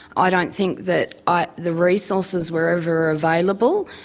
i don't think that ah the resources were ever available,